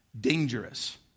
Dangerous